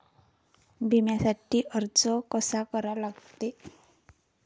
बिम्यासाठी अर्ज कसा करा लागते?